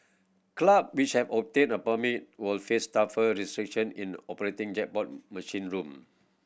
club which have obtained a permit will face tougher restriction in the operating jackpot machine room